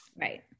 right